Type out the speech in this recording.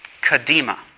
Kadima